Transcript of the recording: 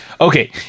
Okay